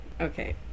Okay